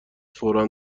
فورا